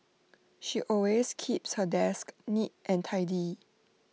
she always keeps her desk neat and tidy